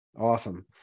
Awesome